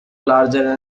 larger